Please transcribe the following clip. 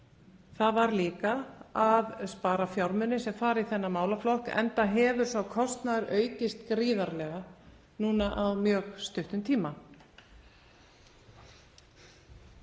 það var líka að spara fjármuni sem fara í þennan málaflokk enda hefur sá kostnaður aukist gríðarlega á mjög stuttum tíma.